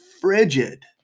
frigid